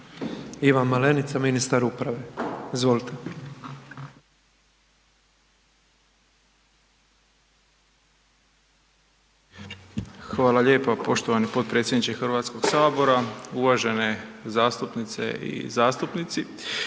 Ivan Malenica, ministar uprave, izvolite. **Malenica, Ivan (HDZ)** Hvala lijepo poštovani potpredsjedniče Hrvatskog sabora, uvažene zastupnice i zastupnici.